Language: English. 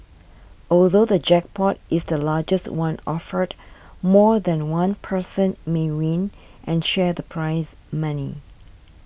although the jackpot is the largest one offered more than one person may win and share the prize money